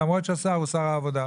למרות שהשר הוא שר העבודה,